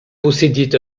possédaient